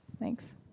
Thanks